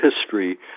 history